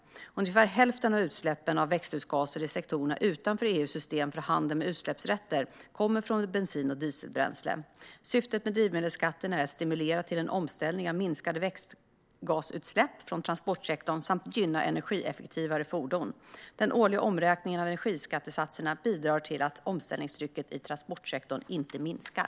Ungefär hälften av utsläppen av växthusgaser i sektorerna utanför EU:s system för handel med utsläppsrätter kommer från bensin och dieselbränsle. Syftet med drivmedelsskatter är att stimulera till en omställning av minskade växthusgasutsläpp från transportsektorn samt gynna energieffektivare fordon. Den årliga omräkningen av energiskattesatserna bidrar till att omställningstrycket i transportsektorn inte minskar.